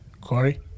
Corey